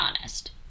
honest